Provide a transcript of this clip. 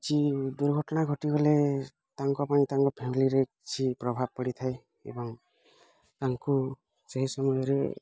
କିଛି ଦୁର୍ଘଟଣା ଘଟିଗଲେ ତାଙ୍କ ପାଇଁ ତାଙ୍କ ଫ୍ୟାମିଲିରେ କିଛି ପ୍ରଭାବ ପଡ଼ିଥାଏ ଏବଂ ତାଙ୍କୁ ସେହି ସମୟରେ